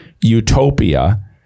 utopia